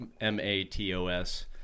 m-a-t-o-s